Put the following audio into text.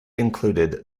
included